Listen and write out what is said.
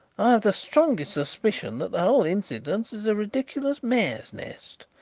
i have the strongest suspicion that the whole incident is a ridiculous mare's nest,